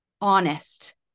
honest